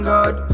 God